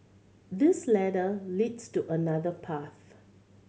this ladder leads to another path